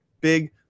Big